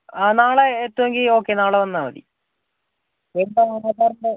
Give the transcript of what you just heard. ആ നാളെ എത്തുവെങ്കിൽ ഓക്കെ നാളെ വന്നാൽ മതി വരുമ്പം ആ ആധാറിൻ്റെ